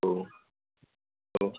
औ औ